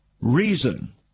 Reason